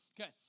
okay